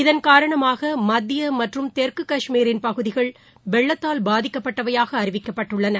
இதன் காரணமாக மத்திய மற்றும் தெற்கு காஷ்மீர் பகுதிகள் வெள்ளத்தால் பாதிக்கப்பட்டவையாக அறிவிக்கப்பட்டுள்ளன